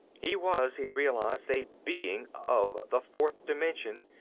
he was, he realized, a being of the fourth dimension,